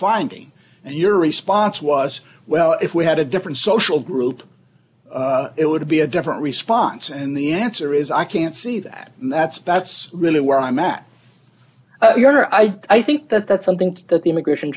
finding and your response was well if we had a different social group it would be a different response and the answer is i can't see that that's that's really where i'm at you or i i think that that's something that the immigration